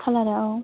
खालारआ औ